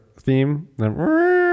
theme